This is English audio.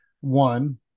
one